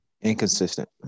Inconsistent